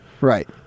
Right